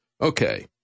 Okay